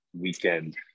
weekend